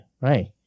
right